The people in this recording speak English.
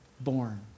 born